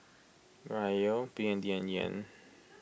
Riyal B N D and Yen